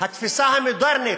התפיסה המודרנית,